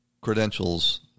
credentials